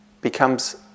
becomes